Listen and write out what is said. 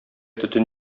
төтен